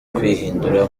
kwihindura